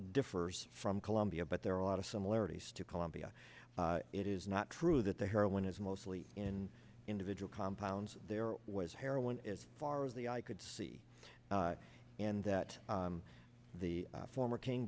differs from colombia but there are a lot of similarities to colombia it is not true that the heroin is mostly in individual compounds there was heroin is far as the eye could see and that the former king